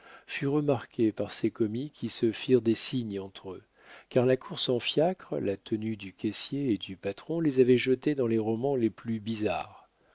fut remarqué par ses commis qui se firent des signes entre eux car la course en fiacre la tenue du caissier et du patron les avaient jetés dans les romans les plus bizarres